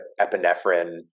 epinephrine